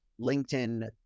LinkedIn